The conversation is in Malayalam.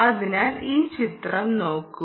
അതിനാൽ ഈ ചിത്രം നോക്കൂ